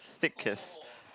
thick as